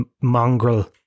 mongrel